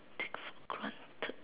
take for granted